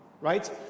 Right